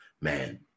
man